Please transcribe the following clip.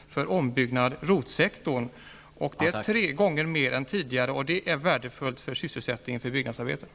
Det är tre gånger mer än tidigare, och det är värdefullt för byggnadsarbetarnas sysselsättning.